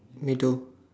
me too